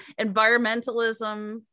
environmentalism